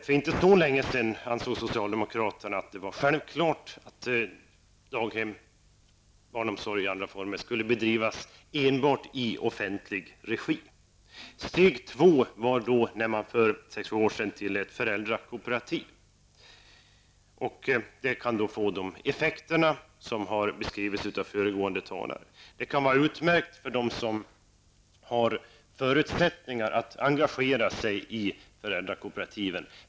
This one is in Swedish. För inte så länge sedan ansåg socialdemokraterna att det var självklart att daghem och barnomsorg i andra former skulle bedrivas enbart i offentlig regi. Steg två var när man för sex sju år sedan tillät föräldrakooperativ. Detta har fått de effekter som beskrivits av föregående talare. Det kan vara utmärkt för dem som har förutsättningar att engagera sig i föräldrakooperativen.